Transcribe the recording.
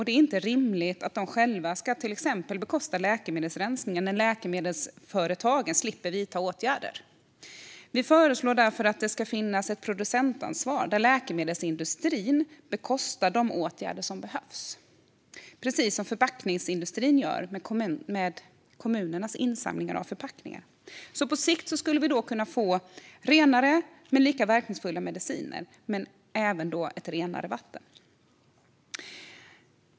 Det är inte rimligt att de själva till exempel ska bekosta läkemedelsrening när läkemedelsföretagen slipper vidta åtgärder. Vi föreslår därför att det ska finnas ett producentansvar där läkemedelsindustrin bekostar de åtgärder som behövs, precis som förpackningsindustrin gör när det gäller kommunernas insamling av förpackningar. På sikt skulle vi då kunna få renare, men lika verkningsfulla, mediciner och även renare vatten.